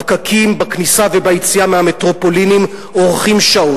הפקקים בכניסה וביציאה מהמטרופולינים אורכים שעות.